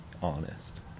Honest